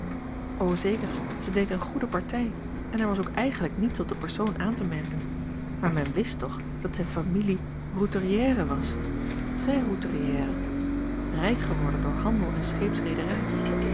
zeker zij deed eene goede partij en er was ook eigenlijk niets op den persoon aan te merken maar men wist toch dat zijne familie roturière was très roturière rijk geworden door handel en